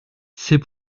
c’est